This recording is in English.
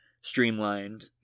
streamlined